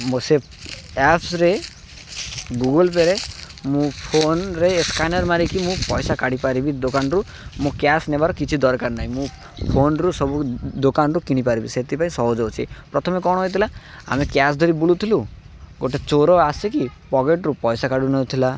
ମୋ ସେ ଆପ୍ରେ ଗୁଗୁଲ୍ ପେ ରେ ମୁଁ ଫୋନ୍ରେ ସ୍କାନର୍ ମାରିକି ମୁଁ ପଇସା କାଢ଼ିପାରିବି ଦୋକାନ୍ରୁ ମୋ କ୍ୟାସ୍ ନେବାର କିଛି ଦରକାର ନାହିଁ ମୁଁ ଫୋନ୍ରୁ ସବୁ ଦୋକାନ୍ରୁ କିଣିପାରିବି ସେଥିପାଇଁ ସହଜ ଅଛି ପ୍ରଥମେ କ'ଣ ହେଉଥିଲା ଆମେ କ୍ୟାସ୍ ଧରି ବୁଲୁଥିଲୁ ଗୋଟେ ଚୋର ଆସିକି ପକେଟ୍ରୁ ପଇସା କାଢ଼ୁନଉଥିଲା